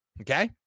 okay